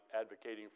advocating